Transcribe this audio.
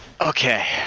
Okay